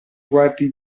guardi